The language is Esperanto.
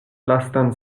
lastan